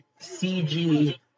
CG